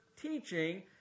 teaching